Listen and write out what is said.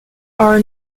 are